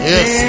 Yes